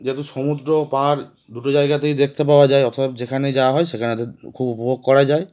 যেহেতু সমুদ্র পাহড় দুটো জায়গাতেই দেখতে পাওয়া যায় অতএব যেখানেই যাওয়া হয় সেখানেতে খুব উপভোগ করা যায়